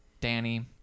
Danny